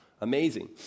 amazing